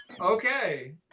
Okay